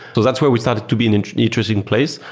so that's where we started to be an interesting interesting place.